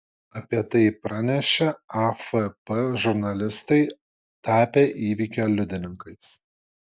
apie tai pranešė afp žurnalistai tapę įvykio liudininkais